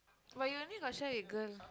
but you only got share with girl